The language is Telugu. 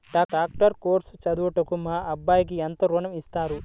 డాక్టర్ కోర్స్ చదువుటకు మా అబ్బాయికి ఎంత ఋణం ఇస్తారు?